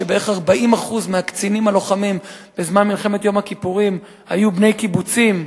שבערך 40% מהקצינים הלוחמים בזמן מלחמת יום הכיפורים היו בני קיבוצים.